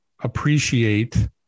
appreciate